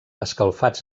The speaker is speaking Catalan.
escalfat